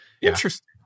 Interesting